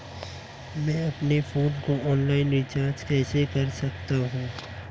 मैं अपने फोन को ऑनलाइन रीचार्ज कैसे कर सकता हूं?